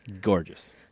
gorgeous